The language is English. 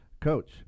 Coach